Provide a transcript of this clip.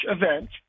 event